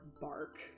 bark